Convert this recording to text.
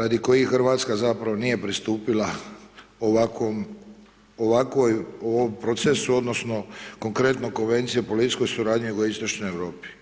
radi kojih Hrvatska zapravo nije pristupila ovakvom, ovakvoj procesu odnosno konkretno Konvenciji o policijskoj suradnji u Jugoistočnoj Europi.